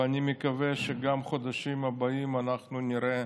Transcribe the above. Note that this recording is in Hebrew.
ואני מקווה שגם בחודשים הבאים אנחנו נראה